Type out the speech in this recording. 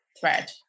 Thread